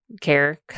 care